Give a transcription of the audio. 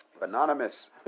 Anonymous